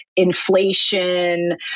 Inflation